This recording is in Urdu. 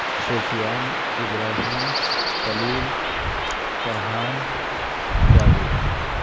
سفیان ابراہیم خلیل فرحان جاوید